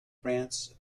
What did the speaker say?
france